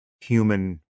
human